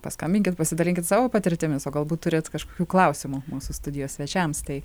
paskambinkit pasidalinkit savo patirtimis o galbūt turit kažkokių klausimų mūsų studijos svečiams tai